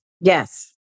Yes